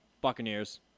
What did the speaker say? Buccaneers